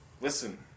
Listen